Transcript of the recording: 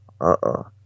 Uh-oh